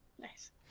Nice